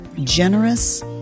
generous